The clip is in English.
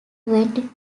twenty